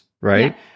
right